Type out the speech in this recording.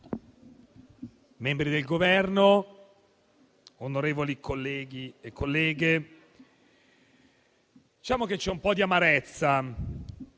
membri del Governo, onorevoli colleghi e colleghe, c'è un po' di amarezza